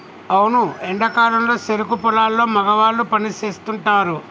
అవును ఎండా కాలంలో సెరుకు పొలాల్లో మగవాళ్ళు పని సేస్తుంటారు